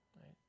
right